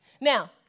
Now